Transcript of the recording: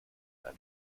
ein